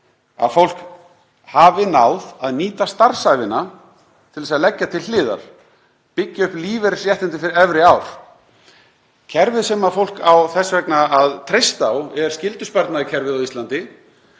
að fólk hafi náð að nýta starfsævina til að leggja til hliðar, byggja upp lífeyrisréttindi fyrir efri ár. Kerfið sem fólk á þess vegna að treysta á er skyldusparnaðarkerfið á Íslandi.